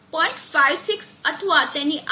56 અથવા તેની આસપાસ સ્થાયી થવું જોઈએ